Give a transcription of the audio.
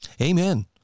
Amen